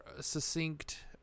succinct